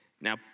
Now